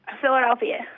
Philadelphia